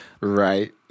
Right